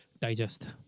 digest